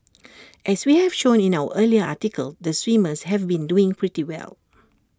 as we have shown in our earlier article the swimmers have been doing pretty well